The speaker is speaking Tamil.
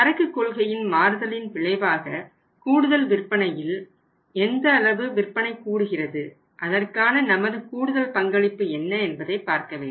சரக்கு கொள்கையின் மாறுதலின் விளைவாக கூடுதல் விற்பனையில் விற்பனைஎந்த அளவு கூடுகிறது அதற்கான நமது கூடுதல் பங்களிப்பு என்ன என்பதை பார்க்க வேண்டும்